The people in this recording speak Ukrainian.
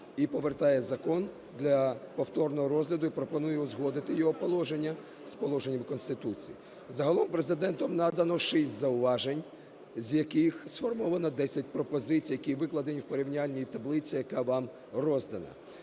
і повертає закон для повторного розгляду і пропонує узгодити його положення з положеннями Конституції. Загалом Президентом надано шість зауважень, з яких сформовано десть пропозицій, які викладені в порівняльній таблиці, яка вам роздана.